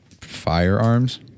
firearms